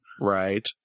Right